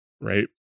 right